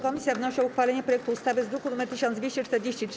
Komisja wnosi o uchwalenie projektu ustawy z druku nr 1243.